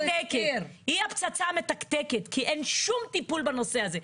והיא הפצצה המתקתקת כי אין שום טיפול בנושא הזה.